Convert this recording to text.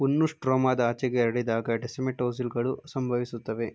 ಹುಣ್ಣು ಸ್ಟ್ರೋಮಾದ ಆಚೆಗೆ ಹರಡಿದಾಗ ಡೆಸ್ಸೆಮೆಟೊಸೀಲ್ಗಳು ಸಂಭವಿಸುತ್ತವೆ